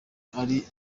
ari